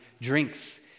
drinks